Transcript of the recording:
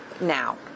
now